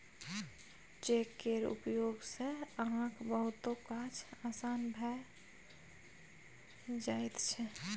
cheque केर उपयोग सँ अहाँक बहुतो काज आसान भए जाइत छै